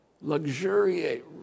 Luxuriate